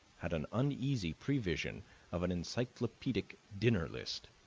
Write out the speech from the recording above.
had an uneasy prevision of an encyclopedic dinner list.